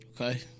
Okay